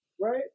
right